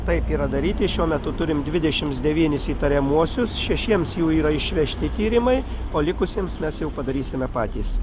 taip yra daryti šiuo metu turim dvidešimts devynis įtariamuosius šešiems jų yra išvežti tyrimai o likusiems mes jau padarysime patys